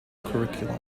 curriculum